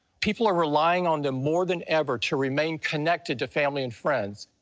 people are relying on them more than ever to remain connected to family and friends,